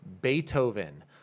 Beethoven